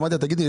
אמרתי לה תגידי,